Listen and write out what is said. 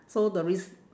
so the rec~